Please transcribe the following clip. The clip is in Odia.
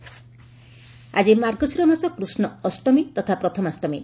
ଶ୍ରୀମ ଆକି ମାର୍ଗଶୀର ମାସ କୃଷ୍ଚ ଅଷ୍ଟମୀ ତଥା ପ୍ରଥମାଷ୍ଟମୀ